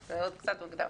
זה עוד קצת מוקדם.